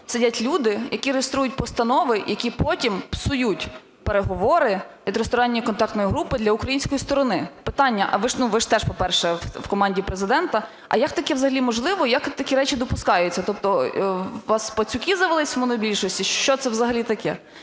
сидять люди, які реєструють постанови, які потім псують переговори і Тристоронньої контактної групи для української сторони. Питання… Ну, ви теж, по-перше, в команді Президента. А як таке взагалі можливо? Як такі речі допускаються? Тобто у вас "пацюки" завелись в монобільшості чи що це взагалі таке?